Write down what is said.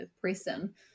prison